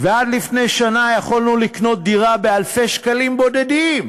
ועד לפני שנה יכולנו לקנות דירה באלפי שקלים בודדים,